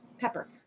Pepper